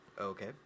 Okay